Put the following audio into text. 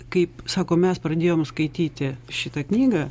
kaip sako mes pradėjom skaityti šitą knygą